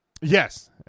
Yes